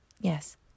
Yes